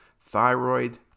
Thyroid